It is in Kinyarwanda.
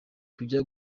kujya